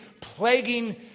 plaguing